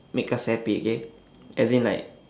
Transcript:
make us happy okay as in like